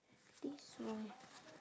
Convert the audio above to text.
this one